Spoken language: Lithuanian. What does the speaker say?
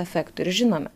efektų ir žinome